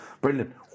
brilliant